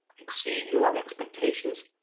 exceed your expectations,